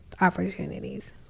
opportunities